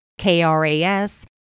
KRAS